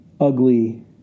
ugly